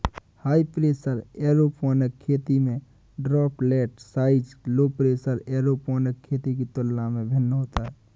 high pressure aeroponic खेती में droplet size low pressure aeroponic खेती के तुलना में भिन्न होता है